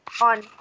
on